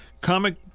Comic